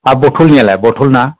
हा बथल नियालाय बथलना